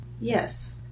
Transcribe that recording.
Yes